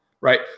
right